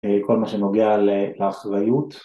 כל מה שנוגע לאחריות